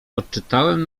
odczytałem